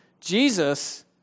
Jesus